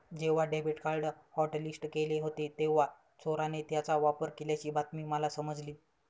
जेव्हा debit card hotlist केले होते तेव्हा चोराने त्याचा वापर केल्याची बातमी मला समजली